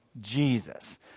jesus